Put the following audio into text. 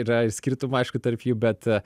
yra ir skirtumų aišku tarp jų bet